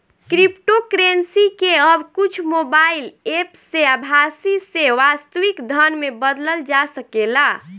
cryptocurrency के अब कुछ मोबाईल एप्प से आभासी से वास्तविक धन में बदलल जा सकेला